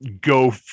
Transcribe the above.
go